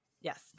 Yes